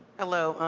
hello.